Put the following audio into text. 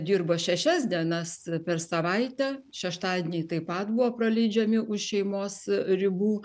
dirbo šešias dienas per savaitę šeštadieniai taip pat buvo praleidžiami už šeimos ribų